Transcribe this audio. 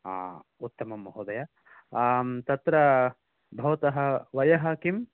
आ उत्तमं महोदय तत्र भवतः वयः किम्